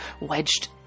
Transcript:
wedged